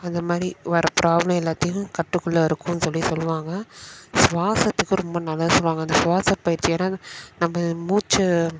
அத மாரி வர ப்ராப்ளம் எல்லாத்தையும் கட்டுக்குள்ளே இருக்கும்ன்னு சொல்லி சொல்லுவாங்க சுவாசத்துக்கு ரொம்ப நல்லதுன்னு சொல்லுவாங்க அந்த சுவாச பயிற்சி ஏன்னா நம்ப மூச்சை